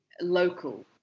local